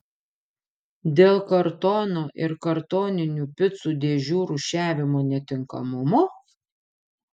dėl kartono ir kartoninių picų dėžių rūšiavimo netinkamumo